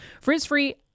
Frizz-free